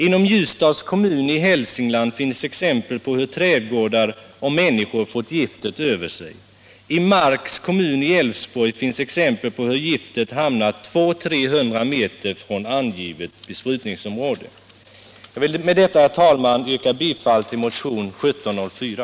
Inom Ljusdals kommun i Hälsingland finns exempel på hur trädgårdar och människor fått giftet över sig. I Marks kommun i Älvsborgs län finns exempel på hur giftet hamnat 200-300 m från angivet besprutningsområde. Jag vill med detta, herr talman, yrka bifall till motionen 1704.